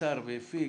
יצר והפיק,